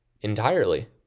entirely